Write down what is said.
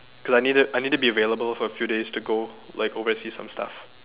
cause I need it I need to be available for a few days to go like oversee some stuff